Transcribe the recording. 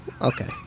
Okay